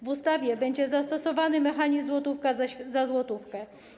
W ustawie będzie zastosowany mechanizm: złotówka za złotówkę.